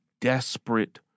desperate